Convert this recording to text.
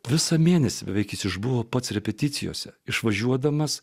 visą mėnesį veik jis išbuvo pats repeticijose išvažiuodamas